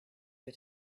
her